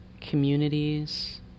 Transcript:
communities